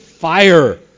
fire